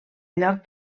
lloc